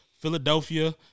Philadelphia